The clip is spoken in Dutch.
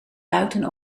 buiten